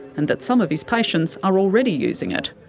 and that some of his patients are already using it.